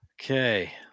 Okay